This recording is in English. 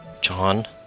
John